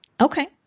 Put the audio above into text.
Okay